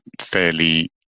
fairly